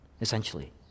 essentially